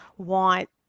want